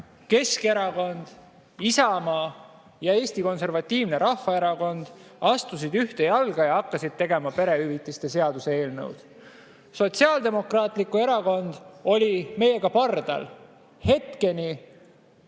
Keskerakond, Isamaa ja Eesti Konservatiivne Rahvaerakond astusid ühte jalga ja hakkasid tegema perehüvitiste seaduse eelnõu. Sotsiaaldemokraatlik Erakond oli meiega pardal hetkeni,